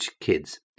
kids